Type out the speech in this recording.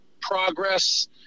progress